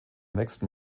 nächsten